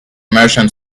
merchant